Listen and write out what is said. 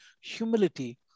humility